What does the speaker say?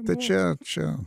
tai čia čia